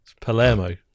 Palermo